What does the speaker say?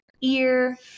ear